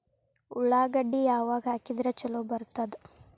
ಉಳ್ಳಾಗಡ್ಡಿ ಯಾವಾಗ ಹಾಕಿದ್ರ ಛಲೋ ಬರ್ತದ?